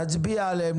נצביע עליהן,